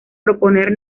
proponer